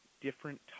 different